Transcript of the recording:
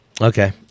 okay